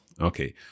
Okay